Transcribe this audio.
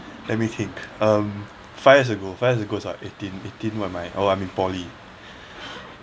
let me think um five years ago five years ago is what eighteen eighteen where am I oh I'm in poly